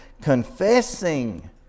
Confessing